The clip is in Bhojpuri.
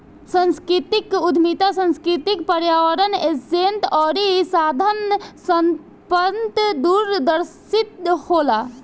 सांस्कृतिक उद्यमी सांस्कृतिक परिवर्तन एजेंट अउरी साधन संपन्न दूरदर्शी होला